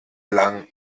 lang